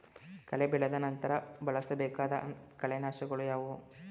ಕಳೆ ಬೆಳೆದ ನಂತರ ಬಳಸಬೇಕಾದ ಕಳೆನಾಶಕಗಳು ಯಾವುವು?